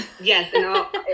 Yes